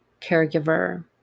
caregiver